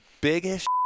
biggest